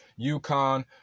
UConn